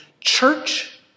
church